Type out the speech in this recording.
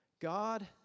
God